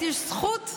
של חברת הכנסת